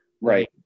Right